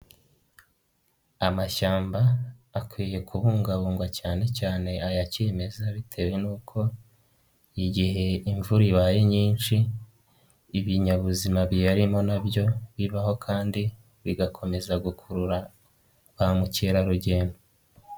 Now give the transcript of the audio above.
Amashyamba akwiye kubungabungwa cyane cyane aya kimeza bitewe n'uko igihe imvura ibaye nyinshi ibinyabuzima biyarimo na byo bibaho kandi bigakomeza gukurura ba mukerarugendo.